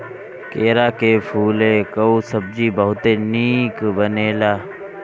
केरा के फूले कअ सब्जी बहुते निक बनेला